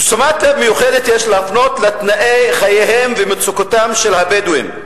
תשומת לב מיוחדת יש להפנות לתנאי חייהם ומצוקתם של הבדואים.